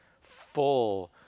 full